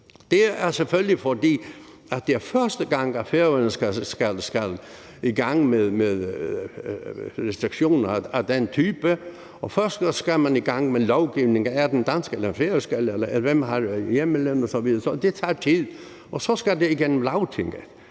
skyldes selvfølgelig, at det er første gang, at Færøerne skal i gang med sanktioner af den type. Først skal man i gang med lovgivningen – er det den danske, eller er det den færøske, eller hvem har hjemmelen osv.? Så det tager tid. Derefter skal det igennem Lagtinget.